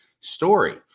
story